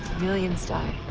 billions die.